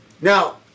Now